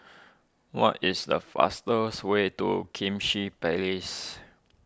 what is the fastest way to kimchi Place